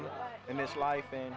him in his life in